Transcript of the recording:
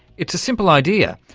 it's a simple idea,